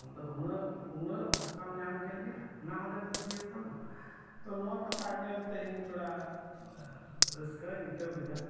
ᱟᱢ ᱫᱚ ᱩᱱᱟᱹᱜ ᱵᱚᱠᱟᱢ ᱧᱟᱢᱠᱮᱫ ᱞᱮᱭᱟ ᱚᱱᱟᱦᱚᱞᱮ ᱯᱟᱹᱛᱭᱟᱹᱣ ᱟᱛᱟᱢᱟ ᱛᱚ ᱱᱚᱣᱟ ᱠᱟᱛᱷᱟ ᱟᱸᱡᱚᱢ ᱛᱮ ᱤᱧ ᱛᱷᱚᱲᱟ ᱨᱟᱹᱥᱠᱟᱹᱧ ᱟᱹᱭᱠᱟᱹᱣ ᱠᱮᱫᱟ